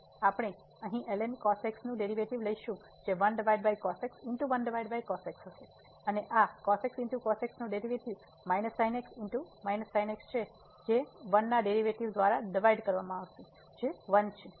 તેથી આપણે અહીં ln cos x નું ડેરિવેટિવ લઈશું જે હશે અને આ નું ડેરિવેટિવ જે 1 ના ડેરિવેટિવ દ્વારા ડિવાઈડ કરવામાં આવશે જે 1 છે